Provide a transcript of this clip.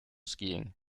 skiing